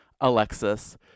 Alexis